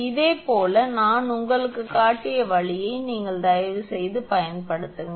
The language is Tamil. இதேபோல் நான் உங்களுக்குக் காட்டிய வழியை நீங்கள் தயவுசெய்து பயன்படுத்துங்கள்